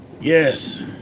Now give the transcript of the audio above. Yes